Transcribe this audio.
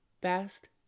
best